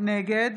נגד